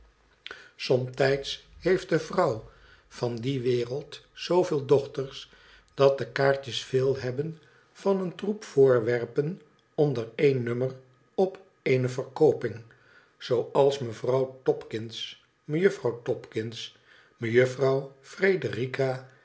somtijds heeft de vrouw van die wereld zooveel dochters dat de kaartjes veel hebben van een troep voorwerpen onder één nummer op eene verkooping zooals mevrouw topkins mejuffrouw topkins mejuffrouw